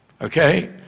Okay